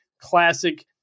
classic